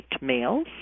males